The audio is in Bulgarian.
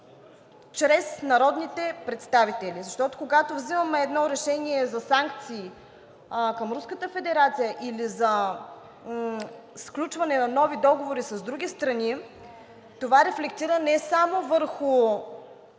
чрез народните представители. Защото, когато вземаме едно решение за санкции към Руската федерация или за сключване на нови договори с други страни, това рефлектира не само върху